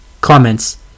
Comments